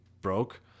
broke